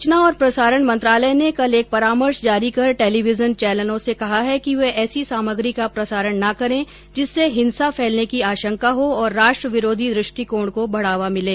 सूचना और प्रसारण मंत्रालय ने कल एक परामर्श जारी कर टेलीविजन चैनलों से कहा है कि वे ऐसी सामग्री का प्रसारण न करें जिससे हिंसा फैलने की आशंका हो और राष्ट्र विरोधी दृष्टिकोण को बढ़ावा मिले